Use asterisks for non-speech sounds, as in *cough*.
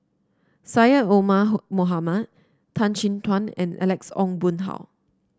Syed Omar *unintelligible* Mohamed Tan Chin Tuan and Alex Ong Boon Hau